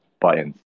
buttons